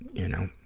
you know,